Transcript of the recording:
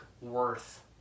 worth